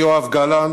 אני, יואב גלנט,